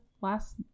last